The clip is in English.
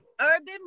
Urban